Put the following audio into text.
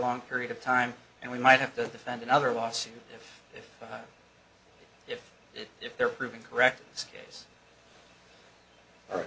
long period of time and we might have to defend another lawsuit if it if they're proven correct